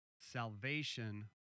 Salvation